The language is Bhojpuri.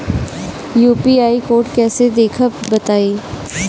यू.पी.आई कोड कैसे देखब बताई?